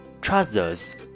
trousers